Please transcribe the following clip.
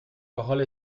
parole